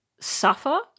suffer